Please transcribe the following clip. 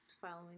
following